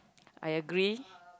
I agree